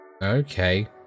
Okay